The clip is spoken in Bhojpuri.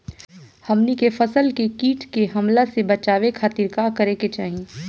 हमनी के फसल के कीट के हमला से बचावे खातिर का करे के चाहीं?